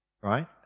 right